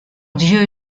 dieu